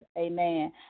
amen